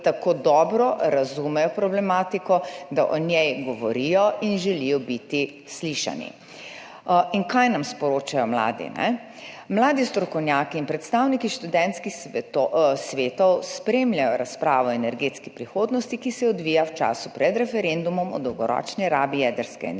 tako dobro razumejo problematiko, da o njej govorijo in želijo biti slišani. Kaj nam sporočajo mladi? Mladi strokovnjaki in predstavniki študentskih svetov spremljajo razpravo o energetski prihodnosti, ki se odvija v času pred referendumom, o dolgoročni rabi jedrske energije